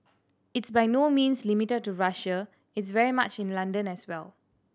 it's by no means limited to Russia it's very much in London as well